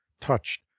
touched